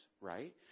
right